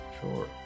Sure